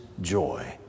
joy